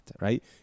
right